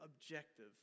objective